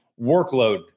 workload